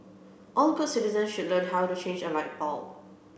all good citizen should learn how to change a light bulb